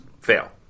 fail